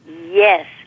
yes